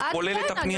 כולל הפנייה,